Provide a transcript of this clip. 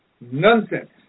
nonsense